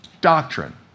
Doctrine